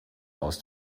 aus